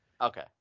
Okay